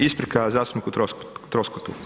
Isprika zastupniku Troskotu.